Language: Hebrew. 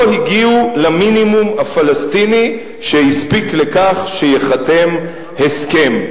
לא הגיעו למינימום הפלסטיני שהספיק לכך שייחתם הסכם.